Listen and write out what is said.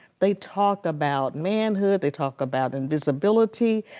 they talk about manhood. they talk about invisitibility.